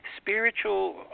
spiritual